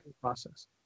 process